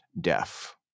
deaf